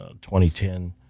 2010